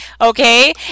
okay